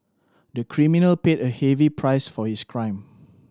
the criminal paid a heavy price for his crime